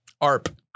ARP